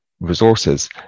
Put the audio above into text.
resources